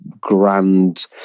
grand